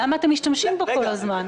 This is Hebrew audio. למה אתם משתמשים בו כל הזמן?